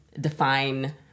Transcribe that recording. define